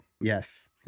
yes